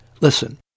Listen